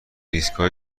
ایستگاه